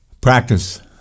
Practice